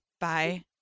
Bye